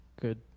Good